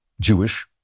Jewish